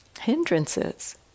hindrances